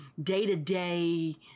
day-to-day